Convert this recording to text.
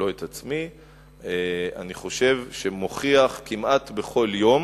לא את עצמי, אני חושב שמוכיח כמעט בכל יום,